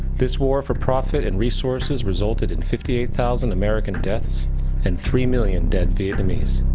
this war for profit and resources resulted in fifty eight thousand american deaths and three million dead vietnamese.